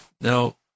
Now